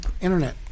internet